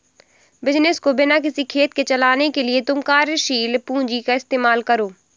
business को बिना किसी खेद के चलाने के लिए तुम कार्यशील पूंजी का इस्तेमाल करो